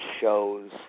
shows